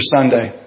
Sunday